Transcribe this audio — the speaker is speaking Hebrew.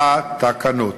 בתקנות.